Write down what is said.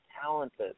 talented